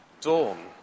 Dawn